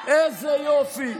איזה יופי.